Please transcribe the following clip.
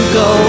go